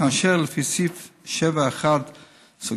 ולפי סעיף 7א(ב)